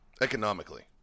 Economically